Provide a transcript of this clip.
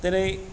दिनै